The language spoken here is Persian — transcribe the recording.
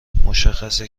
مشخصه